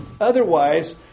Otherwise